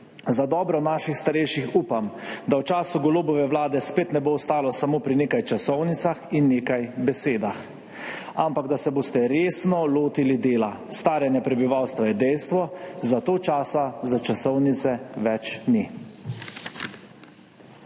Za dobro naših starejših upam, da v času Golobove vlade spet ne bo ostalo samo pri nekaj časovnicah in nekaj besedah, ampak da se boste resno lotili dela. Staranje prebivalstva je dejstvo, zato časa za časovnice več ni.